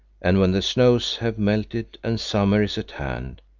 and when the snows have melted and summer is at hand,